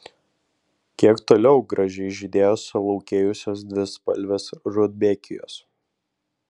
kiek toliau gražiai žydėjo sulaukėjusios dvispalvės rudbekijos